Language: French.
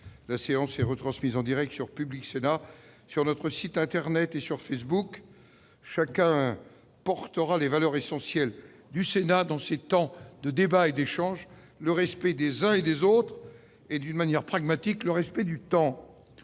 la séance est retransmise en Direct sur Public Sénat sur notre site Internet et sur Facebook chacun portera les valeurs essentielles du Sénat dans ces temps de débats et d'échanges, le respect des uns et des autres et d'une manière pragmatique, le respect du temps,